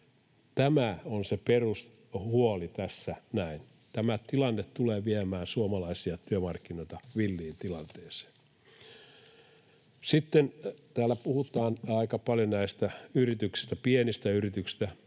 Tämä on se perushuoli tässä näin. Tämä tilanne tulee viemään suomalaisia työmarkkinoita villiin tilanteeseen. Sitten täällä puhutaan aika paljon näistä pienistä yrityksistä